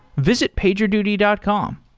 visit pagerduty dot com.